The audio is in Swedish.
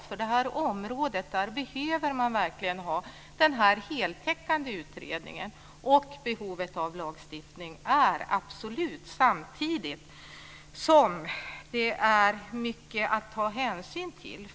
På det här området behöver man verkligen ha den här heltäckande utredningen. Det finns absolut ett behov av lagstiftning samtidigt som det är mycket att ta hänsyn till.